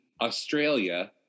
Australia